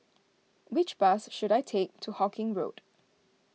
which bus should I take to Hawkinge Road